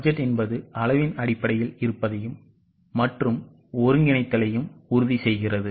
budget என்பது அளவின் அடிப்படையில் இருப்பதையும் மற்றும் ஒருங்கிணைத்தலையும் உறுதி செய்கிறது